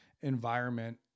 environment